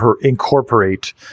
incorporate